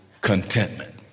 contentment